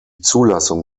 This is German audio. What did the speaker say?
zulassung